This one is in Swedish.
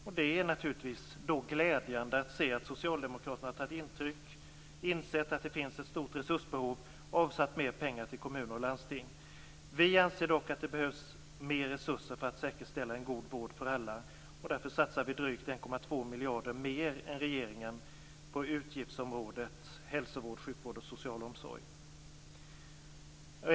Det är därför naturligtvis glädjande att se att socialdemokraterna tagit intryck, insett att det finns ett stort resursbehov och avsatt mer pengar till kommuner och landsting. Vi anser dock att det behövs mer resurser för att säkerställa en god vård för alla. Därför satsar vi drygt Hälsovård, sjukvård och social omsorg.